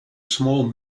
small